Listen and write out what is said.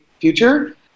future